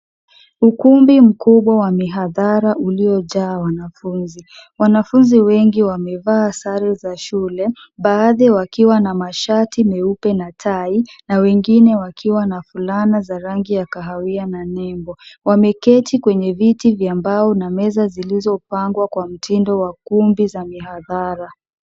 Ukumbi mkubwa wa mihadhara uliojaa wanafunzi. Wanafunzi wengi wamevaa sare za shule, baadhi wakiwa na mashati meupe na tai, na wengine wakiwa na fulana za rangi ya kahawia na nembo. Wameketi kwenye viti vya mbao na meza zilizopangwa kwa mtindo wa kumbi za mihadhara.